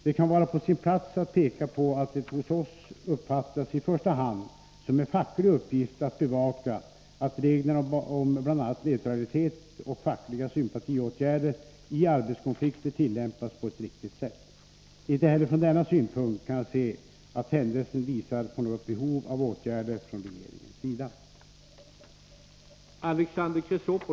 Det kan vara på sin plats att peka på att det hos oss uppfattas i första hand som en facklig uppgift att bevaka att reglerna om bl.a. neutralitet och fackliga sympatiåtgärder i arbetskonflikter tillämpas på ett riktigt sätt. Inte heller från denna synpunkt kan jag se att händelsen visar på något behov av åtgärder från regeringens sida.